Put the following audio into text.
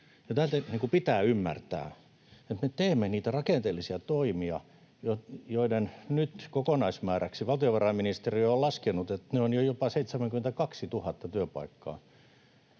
aikaan pitää ymmärtää, että me teemme niitä rakenteellisia toimia, joiden kokonaismääräksi valtiovarainministeriö on nyt laskenut, että ne ovat jopa 72 000 työpaikkaa,